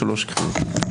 בשלוש קריאות.